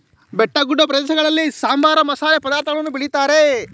ಬೆಟ್ಟಗುಡ್ಡ ಪ್ರದೇಶಗಳಲ್ಲಿ ಸಾಂಬಾರ, ಮಸಾಲೆ ಪದಾರ್ಥಗಳನ್ನು ಬೆಳಿತಾರೆ